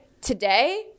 Today